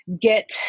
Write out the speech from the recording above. get